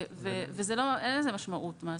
ואין לזה משמעות מעשית.